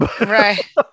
Right